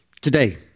today